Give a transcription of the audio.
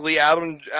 Adam